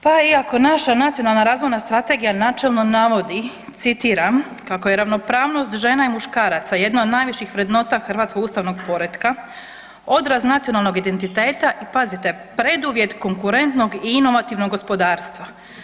Pa iako naša Nacionalna razvojna strategija načelno navodi citiram kako je ravnopravnost žena i muškaraca jedna od najviših vrednota hrvatskog ustavnog poretka odraz nacionalnog identiteta i pazite preduvjet konkurentnog i inovativnog gospodarstva.